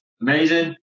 Amazing